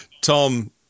Tom